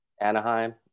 Anaheim